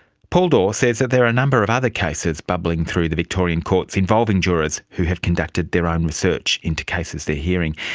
paul dore says there are a number of other cases bubbling through the victorian courts involving jurors who have conducted their own research into cases they're hearing.